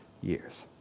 years